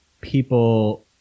people